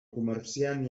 comerciant